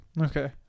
Okay